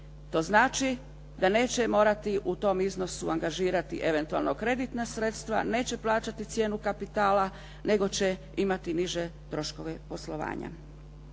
To znači da neće morati u tom iznosu angažirati eventualno kreditna sredstva, neće plaćati cijenu kapitala, nego će imati niže troškove poslovanja.